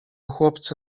chłopcy